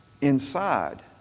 inside